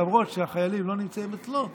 למרות שהחיילים לא נמצאים אצלו,